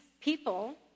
people